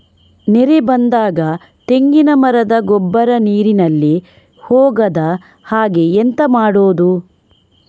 ನೆರೆ ಬಂದಾಗ ತೆಂಗಿನ ಮರದ ಗೊಬ್ಬರ ನೀರಿನಲ್ಲಿ ಹೋಗದ ಹಾಗೆ ಎಂತ ಮಾಡೋದು?